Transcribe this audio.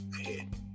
ahead